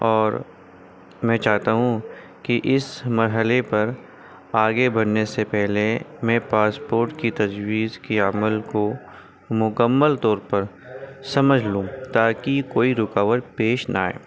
اور میں چاہتا ہوں کہ اس مرحلے پر آگے بڑھنے سے پہلے میں پاسپورٹ کی تجویز کی عمل کو مکمل طور پر سمجھ لوں تاکہ کوئی رکاوٹ پیش نہ آئے